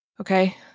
Okay